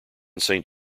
saint